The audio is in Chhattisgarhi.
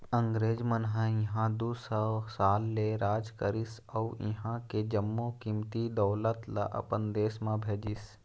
अंगरेज मन ह इहां दू सौ साल ले राज करिस अउ इहां के जम्मो कीमती दउलत ल अपन देश म भेजिस